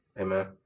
Amen